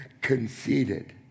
conceited